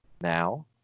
now